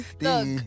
Look